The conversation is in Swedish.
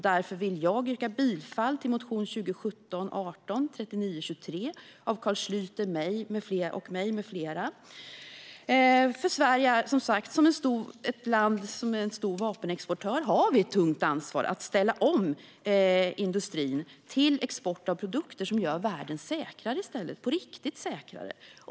Därför yrkar jag bifall till motion 2017/18:3923 av Carl Schlyter och mig med flera. Skärpt exportkontroll av krigsmateriel Sverige är som sagt en stor vapenexportör. Därmed har vi ett tungt ansvar att ställa om industrin till export av produkter som i stället gör världen säkrare på riktigt.